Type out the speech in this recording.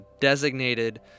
designated